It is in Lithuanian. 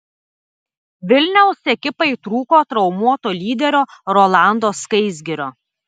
vilniaus ekipai trūko traumuoto lyderio rolando skaisgirio